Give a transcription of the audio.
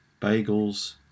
bagels